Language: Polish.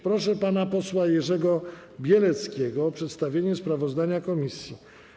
Proszę pana posła Jerzego Bieleckiego o przedstawienie sprawozdania komisji.